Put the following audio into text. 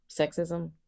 sexism